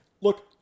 look